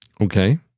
Okay